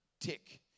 tick